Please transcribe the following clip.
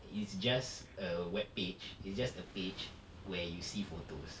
it's just a web page it's just a page where you see photos